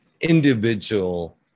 individual